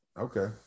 Okay